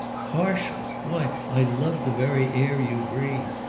partial! why, i love the very air you breathe.